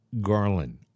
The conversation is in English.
Garland